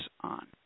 on